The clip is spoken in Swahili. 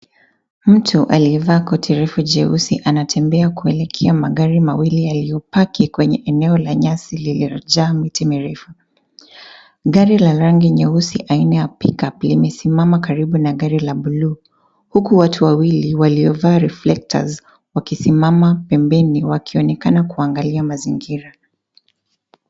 Mtu aliyevaa koti refu jeusi anatembea kuelekea magari mawili yaliyopaki kwenye eneo la nyasi lililojaa miti mirefu. Gari la rangi nyeusi aina ya pick up limesimama karibu na gari la blue huku watu wawili waliovaa reflectors wakisimama pembeni wakionekana kuangalia mazingira.